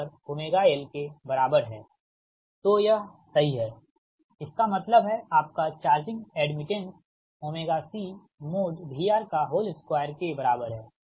तो यह सही है इसका मतलब है आपका चार्जिंग एड्मिटेंस CVR2के बराबर है ठीक